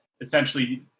essentially